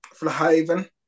Flahaven